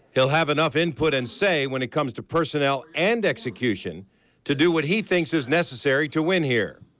he'll have enough input and say when it comes to personnel and execution to do what he thinks is necessary to win here.